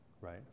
right